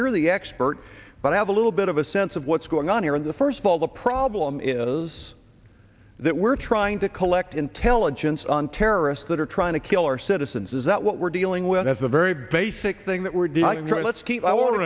you're the expert but i have a little bit of a sense of what's going on here in the first ball the problem is that we're trying to collect intelligence on terrorists that are trying to kill our citizens is that what we're dealing with as a very basic thing that we're